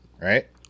right